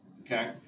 Okay